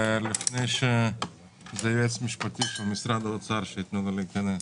זה היועץ המשפטי של משרד האוצר שייתנו לו להיכנס.